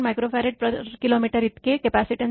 01 Fkm इतके capacitance आहे